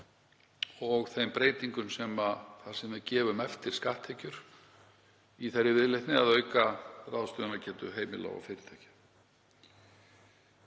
og breytingum þar sem við gefum eftir skatttekjur í þeirri viðleitni að auka ráðstöfunargetu heimila og fyrirtækja.